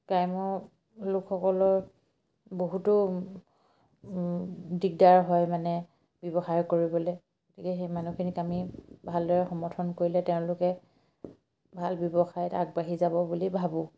গ্ৰাম্য লোকসকলৰ বহুতো দিগদাৰ হয় মানে ব্যৱসায় কৰিবলে গতিকে সেই মানুহখিনিক আমি ভালদৰে সমৰ্থন কৰিলে তেওঁলোকে ভাল ব্যৱসায়ত আগবাঢ়ি যাব বুলি ভাবোঁ